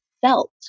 felt